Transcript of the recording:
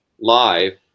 live